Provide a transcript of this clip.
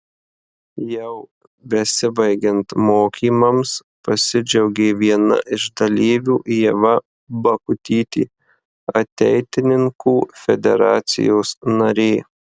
jau besibaigiant mokymams pasidžiaugė viena iš dalyvių ieva bakutytė ateitininkų federacijos narė